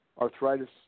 arthritis